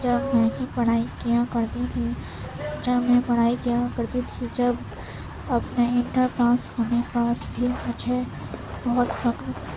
جب میں بھی پڑھائی کیا کرتی تھی جب میں پڑھائی کیا کرتی تھی جب اپنے انٹر پاس ہونے کا بھی مجھے بہت فخر